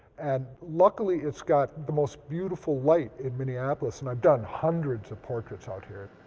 and luckily, it's got the most beautiful light in minneapolis and i've done hundreds of portraits out here.